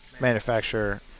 manufacturer